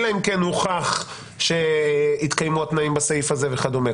אלא אם כן הוכח שהתקיימו התנאים בסעיף הזה וכדומה.